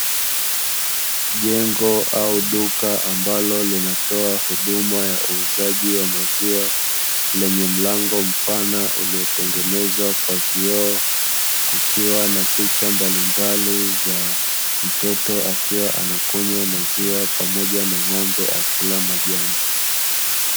Jengo au duka ambalo linatoa huduma ya uuzaji wa maziwa, lenye mlango mpana ulilotengenezwa kwa vioo, kukiwa na picha mbalimbali za mtoto akiwa anakunywa maziwa pamoja na ng'ombe akila Majani.